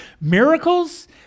miracles